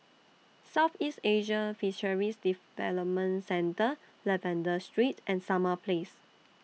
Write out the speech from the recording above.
Southeast Asian Fisheries Development Centre Lavender Street and Summer Place